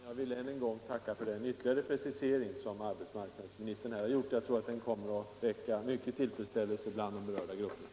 Herr talman! Jag vill tacka för den ytterligare precisering som arbetsmarknadsministern här har gjort. Jag tror att den kommer att väcka stor tillfredsställelse i de berörda grupperna.